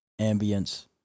ambience